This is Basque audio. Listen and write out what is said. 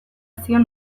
zion